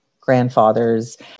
grandfather's